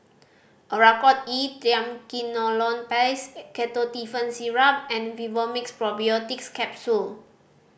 Oracort E Triamcinolone Paste Ketotifen Syrup and Vivomixx Probiotics Capsule